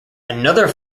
another